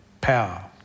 power